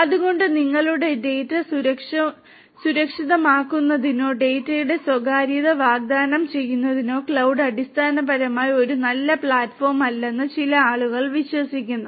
അതിനാൽ നിങ്ങളുടെ ഡാറ്റ സുരക്ഷിതമാക്കുന്നതിനോ ഡാറ്റയുടെ സ്വകാര്യത വാഗ്ദാനം ചെയ്യുന്നതിനോ ക്ലൌഡ് അടിസ്ഥാനപരമായി ഒരു നല്ല പ്ലാറ്റ്ഫോമല്ലെന്ന് ചില ആളുകൾ വിശ്വസിക്കുന്നു